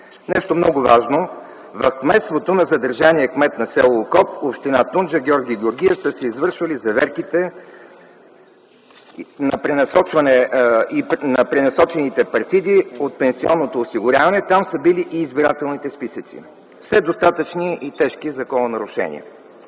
Нещо много важно – в кметството на задържания кмет на с. Окоп в община Тунджа Георги Георгиев са се извършвали заверките на пренасочените партиди от пенсионното осигуряване. Там са били и избирателните списъци – все достатъчни и тежки закононарушения.